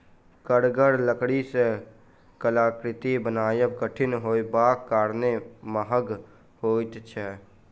कड़गर लकड़ी सॅ कलाकृति बनायब कठिन होयबाक कारणेँ महग होइत छै